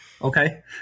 Okay